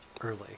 early